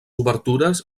obertures